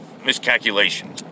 miscalculation